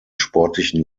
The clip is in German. sportlichen